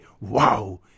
wow